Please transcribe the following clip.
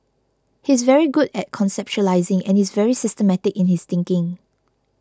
he's very good at conceptualising and is very systematic in his thinking